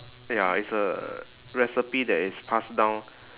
ya it's a recipe that is passed down